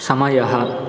समयः